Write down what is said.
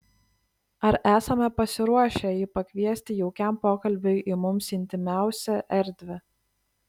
ar esame pasiruošę jį pakviesti jaukiam pokalbiui į mums intymiausią erdvę